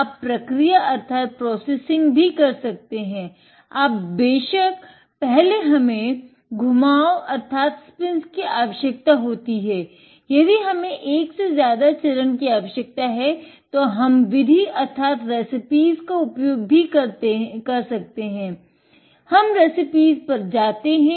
आप पिन का उपयोग भी कर सकते हैं